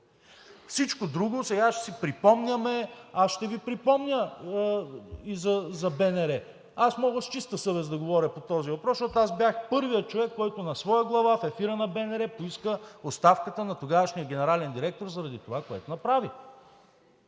Всичко друго сега ще си припомняме. Аз ще Ви припомня и за БНР. Мога с чиста съвест да говоря по този въпрос, защото бях първият човек, който на своя глава в ефира на БНР поиска оставката на тогавашния генерален директор заради това, което направи.